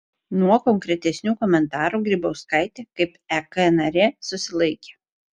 nuo konkretesnių komentarų grybauskaitė kaip ek narė susilaikė